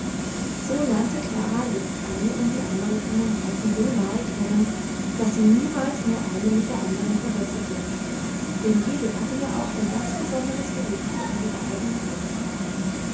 so lernte klara jetzt eine um die andere von den geißen so nahe kennen daß sie niemals mehr eine mit der andern verwechselte denn jede hatte ja auch ein ganz besonderes gesicht und ihre eigene art